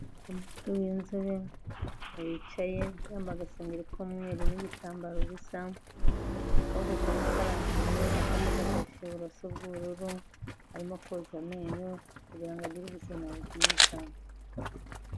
Umugore w'inzobe wicaye yambaye agasengeri k'umweru n'igitambaro bisa, akaboko kamwe karambuye, akandi gafashe uburoso bw'ubururu, arimo koza amenyo kugira ngo agire ubuzima bwiza.